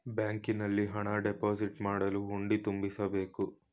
ಬ್ಯಾಂಕಿನಲ್ಲಿ ಹಣ ಡೆಪೋಸಿಟ್ ಮಾಡಲು ಹುಂಡಿ ತುಂಬಿಸಬೇಕು